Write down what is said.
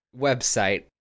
website